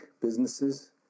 businesses